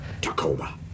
Tacoma